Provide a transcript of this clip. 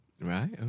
Right